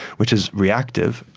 which is reactive,